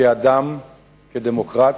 כאדם, כדמוקרט,